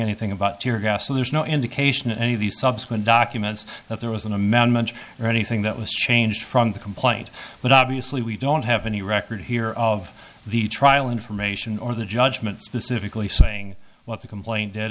anything about tear gas so there's no indication any of the subsequent documents that there was an amendment or anything that was changed from the complaint but obviously we don't have any record here of the trial information or the job specifically saying what the complaint d